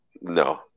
no